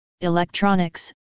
electronics